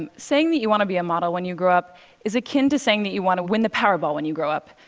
um saying that you want to be a model when you grow up is akin to saying that you want to win the powerball when you grow up.